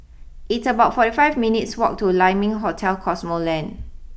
it's about forty five minutes' walk to Lai Ming Hotel Cosmoland